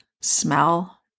smell